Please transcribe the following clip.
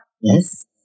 Yes